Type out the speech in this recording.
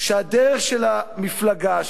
שהדרך של המפלגה,